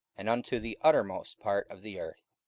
and unto the uttermost part of the earth.